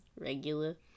Regular